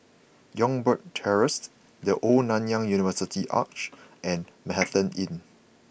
Youngberg Terrace The Old Nanyang University Arch and Manhattan Inn